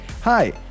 hi